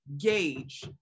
gauge